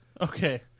okay